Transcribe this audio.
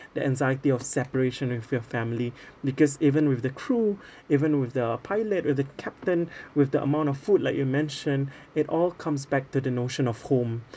the anxiety of separation with your family because even with the crew even with the pilot with the captain with the amount of food like you mentioned it all comes back to the notion of home